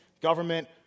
government